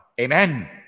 Amen